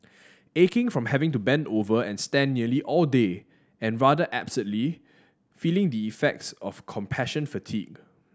aching from having to bend over and stand nearly all day and rather absurdly feeling the effects of compassion fatigue